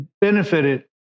benefited